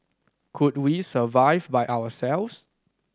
could we survive by ourselves